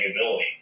ability